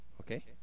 Okay